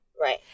Right